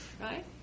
right